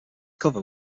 cover